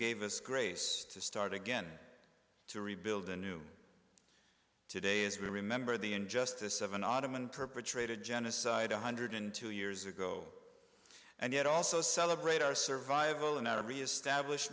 gave us grace to start again to rebuild a new today as we remember the injustice of an ottoman perpetrated genocide one hundred two years ago and yet also celebrate our survival and our reestablish